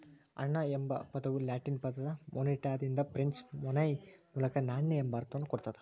ಹಣ ಎಂಬ ಪದವು ಲ್ಯಾಟಿನ್ ಪದ ಮೊನೆಟಾದಿಂದ ಫ್ರೆಂಚ್ ಮೊನೈ ಮೂಲಕ ನಾಣ್ಯ ಎಂಬ ಅರ್ಥವನ್ನ ಕೊಡ್ತದ